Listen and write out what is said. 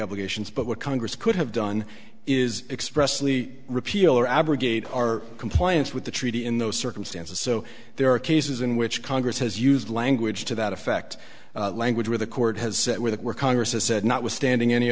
obligations but what congress could have done is expressly repeal or abrogate our compliance with the treaty in those circumstances so there are cases in which congress has used language to that effect language where the court has said with we're congress has said notwithstanding any